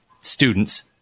students